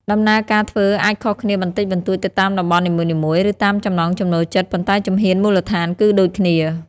ដំណើរការធ្វើអាចខុសគ្នាបន្តិចបន្តួចទៅតាមតំបន់នីមួយៗ ឬតាមចំណង់ចំណូលចិត្ត ប៉ុន្តែជំហានមូលដ្ឋានគឺដូចគ្នា ។